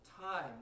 time